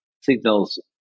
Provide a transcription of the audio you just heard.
signals